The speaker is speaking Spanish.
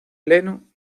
pleno